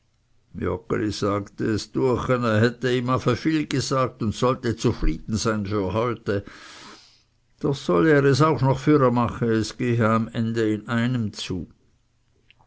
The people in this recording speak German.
es düech ihn er hätte ihm afe viel gesagt und sollte zufrieden sein für heute doch solle er es auch noch füremache es gehe am ende in einem zu